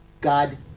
God